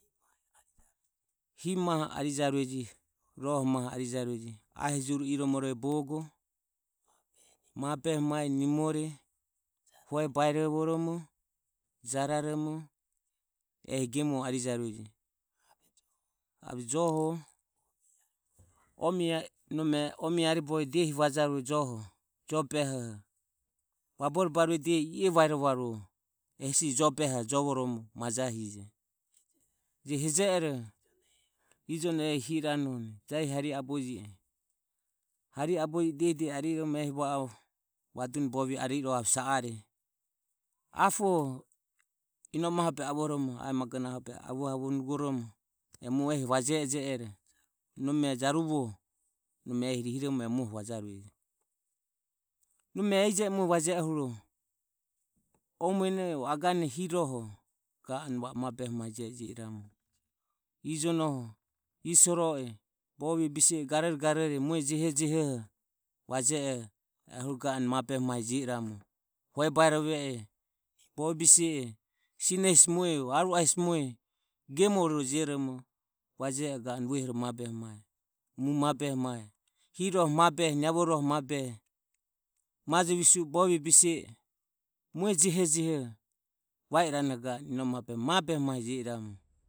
Hi maho arijarueje roho maho arijarueje ahi jure iro morove bogo mabeho mae nimore hue baerovoromo jararomo ehi gemore arijarueje ave joho omie ae nome omie aribovie dehi vajarue jo behoho vabore barue diehi i e vaeromo e hesi jo behoho jovoromo majahije je heje ero ijono ehi hi i ranohuni harihe aboje diehi diehi va o vaduni bovie ari i rohe ave sa are. Apo inome aho obehe nome ae magonahe avohavuo nugoromo e muoho ehi vaje e jero nome jaruvo nome ehi rihiromoromo muoho vajarueje nome ehi je e moho o muene hi rohoho ga anue va mabeho mae jio I ramu ijonoho ie soroe bovie bise e garoro garore o mue jehojeho va je oho ehuro ga anue mabehe mae jio i ramu haue bairove e bovie bise e sino hesi mue o aru ahe hesi mue gemore jioromo va je oho ga anue mabehe mae mu mabehe mae hi rohe mabehe niavo rohe mabehe mae majo visue e bovie bise e mue jehejehe va i ranoho ga anue mabehi mae je e ramu.